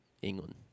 England